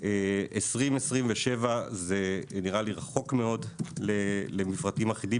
2027 זה נראה לי רחוק מאוד למפרטים אחידים.